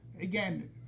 again